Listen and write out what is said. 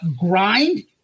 Grind